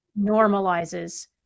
normalizes